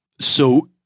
So-